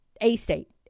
A-State